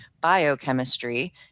biochemistry